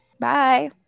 Bye